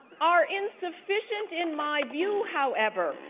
are insufficient in my view, however,